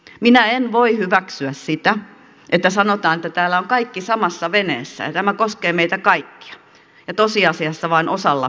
minä en voi hyväksyä sitä että sanotaan että täällä ovat kaikki samassa veneessä ja tämä koskee meitä kaikkia ja tosiasiassa vain osalla on pelastusliivit